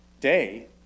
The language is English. day